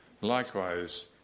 likewise